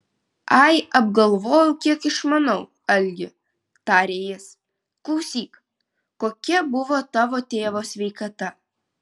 ai apgalvojau kiek išmanau algi tarė jis klausyk kokia buvo tavo tėvo sveikata